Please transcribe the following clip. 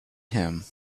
him